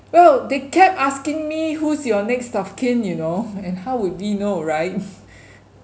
well they kept asking me who's your next-of-kin you know and how would we know right